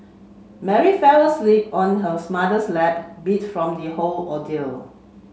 Mary fell asleep on her mother's lap beat from the whole ordeal